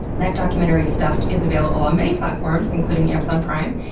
that documentary, stuffed, is available on many platforms, including amazon prime.